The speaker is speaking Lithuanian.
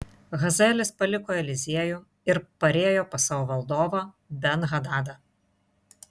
hazaelis paliko eliziejų ir parėjo pas savo valdovą ben hadadą